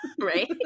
Right